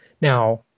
Now